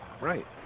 Right